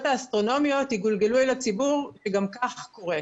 האסטרונומיות שיגולגלו על הציבור שגם כך קורס.